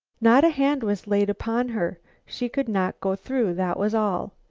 not a hand was laid upon her she could not go through, that was all.